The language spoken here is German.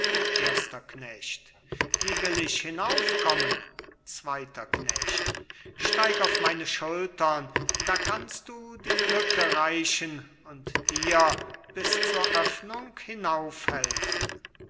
erster knecht wie will ich hinaufkommen zweiter knecht steig auf meine schultern da kannst du die lücke reichen und dir bis zur öffnung